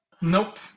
Nope